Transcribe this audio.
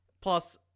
Plus